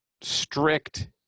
strict